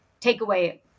takeaway